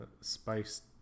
spiced